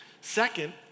Second